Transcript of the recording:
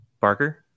barker